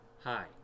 Hi